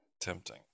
tempting